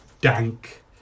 dank